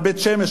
עד בית-שמש,